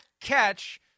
catch